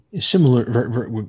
Similar